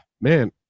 man